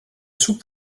sous